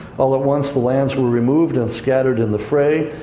all at once the lands were removed and scattered in the fray.